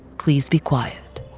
please be quiet